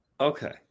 Okay